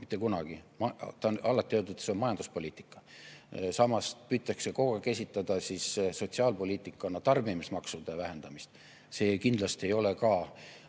Mitte kunagi. On alati öeldud, et see on majanduspoliitika. Samas püütakse kogu aeg esitada sotsiaalpoliitikana tarbimismaksude vähendamist. See kindlasti ei ole ka